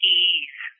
ease